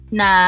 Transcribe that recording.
na